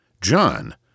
John